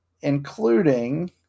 including